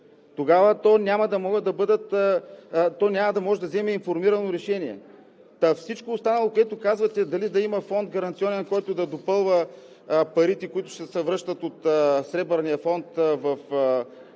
Тогава то няма да може да вземе информирано решение. Всичко останало, което казвате – дали да има гаранционен фонд, който да допълва парите, които ще се връщат от Сребърния фонд в частния